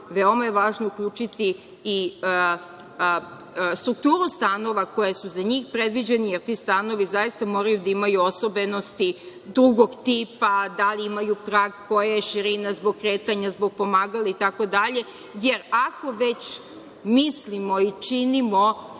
veoma je važno uključiti i strukturu stanova koji su za njih predviđeni, jer ti stanovi zaista moraju da imaju osobenosti drugog tipa, da li imaju prag, koje je širina zbog kretanja, zbog pomagala itd. Jer, ako već mislimo i činimo